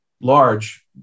large